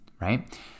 right